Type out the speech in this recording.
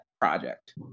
project